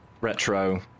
Retro